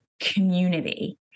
community